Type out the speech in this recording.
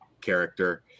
character